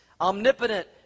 Omnipotent